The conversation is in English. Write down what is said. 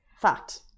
Fact